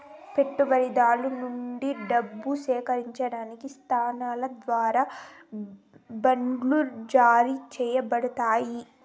పెట్టుబడిదారుల నుండి డబ్బు సేకరించడానికి సంస్థల ద్వారా బాండ్లు జారీ చేయబడతాయి